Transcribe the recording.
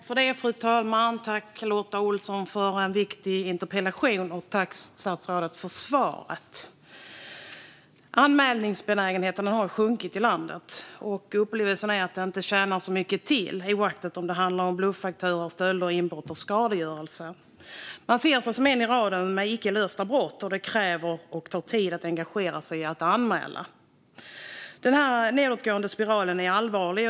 Fru talman! Tack, Lotta Olsson, för en viktig interpellation! Och tack, statsrådet, för svaret! Anmälningsbenägenheten har sjunkit i landet. Upplevelsen är att det inte tjänar så mycket till, oavsett om det hamnar om bluffakturor, stölder, inbrott och skadegörelse. Man ser sig som en i raden med icke lösta brott, och det kräver och tar tid att engagera sig i att anmäla. Denna nedåtgående spiral är allvarlig.